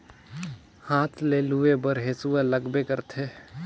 हाथ में लूए बर हेसुवा लगबे करथे